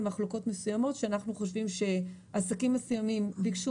מחלוקות מסוימות שאנחנו חושבים שעסקים מסוימים ביקשו